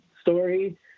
story